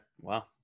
wow